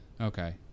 Okay